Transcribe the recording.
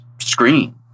screen